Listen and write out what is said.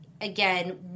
Again